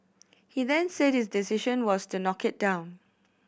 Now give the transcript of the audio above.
he then said his decision was to knock it down